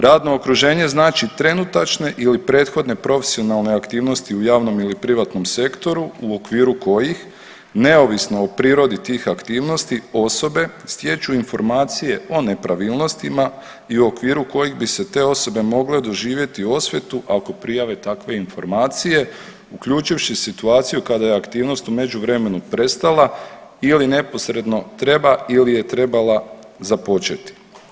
Radno okruženje znači trenutačne ili prethodne profesionalne aktivnosti u javnom ili privatnom sektoru u okviru kojih neovisno o prirodi tih aktivnosti osobe stječu informacije o nepravilnostima i u okviru kojih bi se te osobe mogle doživjeti osvetu ako prijave takve informacije uključivši situaciju kada je aktivnost u međuvremenu prestala ili neposredno treba ili je trebala započeti.